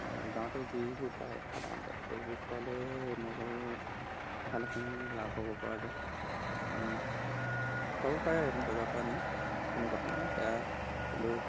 গাঁৱতে যিবোৰ পায় সাধাৰণতে সেইবোৰ খোৱালে মই ভাবোঁ ভালেখিনি লাভ হ'ব পৰা যায় খোৱাব পাৰে বজাৰৰ পৰা আনি কোনো কথা নাই কিন্তু